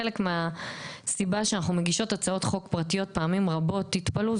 חלק מהסיבה שאנחנו מגישות הצעות חוק פרטיות פעמים רבות תתפלאו,